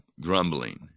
grumbling